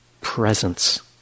presence